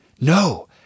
No